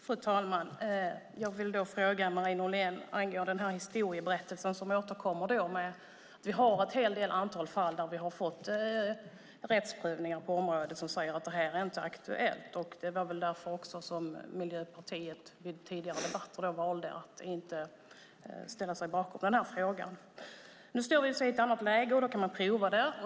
Fru talman! Jag vill ställa en fråga till Marie Nordén angående den historia som återkommer om ett antal fall med rättsprövning på området där det framgår att det här inte är aktuellt. Det var väl därför som Miljöpartiet i tidigare debatter valde att inte ställa sig bakom frågan. Nu står vi i och för sig i ett annat läge, och då kan vi prova det.